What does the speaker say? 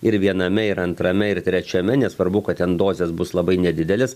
ir viename ir antrame ir trečiame nesvarbu kad ten dozės bus labai nedidelės